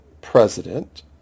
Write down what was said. president